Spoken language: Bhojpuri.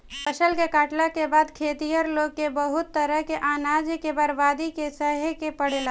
फसल के काटला के बाद खेतिहर लोग के बहुत तरह से अनाज के बर्बादी के सहे के पड़ेला